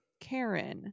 Karen